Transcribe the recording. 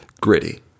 Gritty